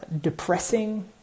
depressing